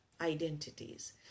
identities